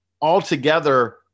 Altogether